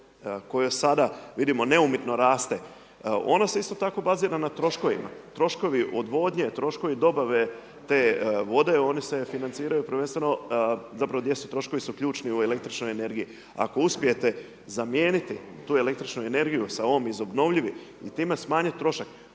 koja sada vidimo neumjetno raste ona se isto tako bazira na troškovima, troškovi odvodnje, troškovi dobave te vode oni se financiraju prvenstveno, zapravo gdje su troškovi su ključni u električnoj energiji. Ako uspijete zamijeniti tu električnu energiju sa ovom iz obnovljivih i time smanjiti trošak,